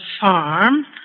farm